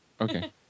Okay